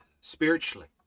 spiritually